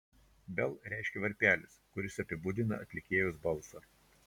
bell reiškia varpelis kuris apibūdina atlikėjos balsą